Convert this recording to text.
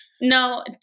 No